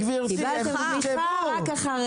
גברתי, הם תקצבו.